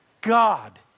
God